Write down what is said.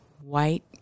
white